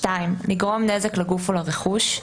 לגרום נזק לגוף או לרכוש,